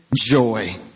joy